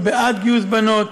הוא בעד גיוס בנות.